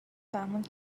فهموند